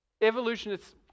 Evolutionists